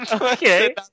Okay